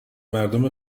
مردم